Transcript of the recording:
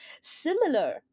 similar